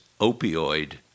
opioid